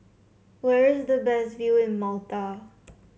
where is the best view in Malta